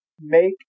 make